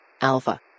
Alpha